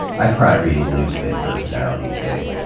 i cry reading the newspaper now these days,